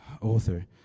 author